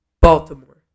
Baltimore